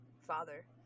father